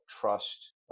trust